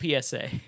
PSA